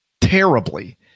terribly